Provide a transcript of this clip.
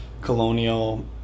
colonial